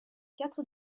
quatre